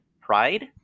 pride